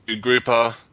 Grouper